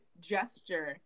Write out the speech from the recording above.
gesture